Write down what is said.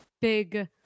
big